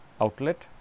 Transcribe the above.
outlet